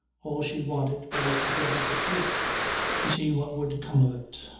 all she wanted was to get at the truth to see what would come of it.